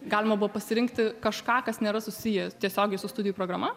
galima buvo pasirinkti kažką kas nėra susiję tiesiogiai su studijų programa